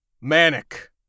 Manic